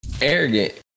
arrogant